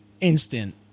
instant